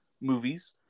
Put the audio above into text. movies